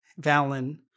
Valen